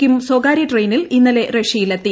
Kim സ്വകാര്യ ട്രെയിനിൽ ഇന്നലെ റഷ്യയിലെത്തി